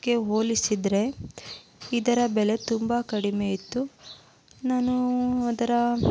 ಕ್ಕೆ ಹೋಲಿಸಿದರೆ ಇದರ ಬೆಲೆ ತುಂಬ ಕಡಿಮೆ ಇತ್ತು ನಾನು ಅದರ